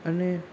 અને